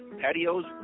patios